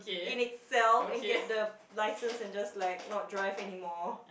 in itself and get the license and just like not drive anymore